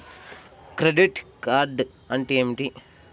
Credit card అంటే ఏమిటి?